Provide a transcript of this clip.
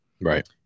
right